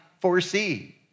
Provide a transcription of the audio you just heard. foresee